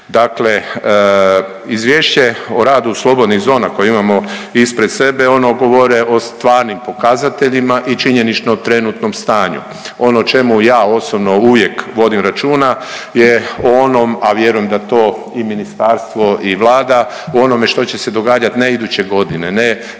Dakle, Izvješće o radu slobodnih zona koje imamo ispred sebe ono govore o stvarnim pokazateljima i činjenično trenutnom stanju. Ono o čemu ja osobno uvijek vodim računa je o onom, a vjerujem da to i ministarstvo i Vlada o onome što će se događati ne iduće godine, ne za